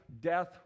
death